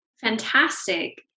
Fantastic